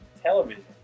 television